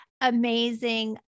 amazing